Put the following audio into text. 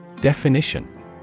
Definition